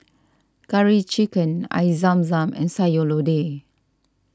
Curry Chicken Air Zam Zam and Sayur Lodeh